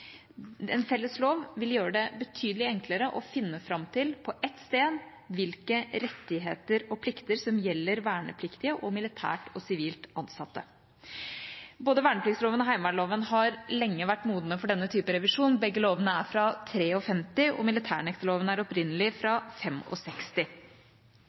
En felles lov vil gjøre det betydelig enklere å finne fram til på ett sted hvilke rettigheter og plikter som gjelder vernepliktige og militært og sivilt ansatte. Både vernepliktsloven og heimevernloven har lenge vært modne for denne type revisjon. Begge lovene er fra 1953, og militærnekterloven er opprinnelig